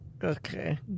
Okay